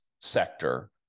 sector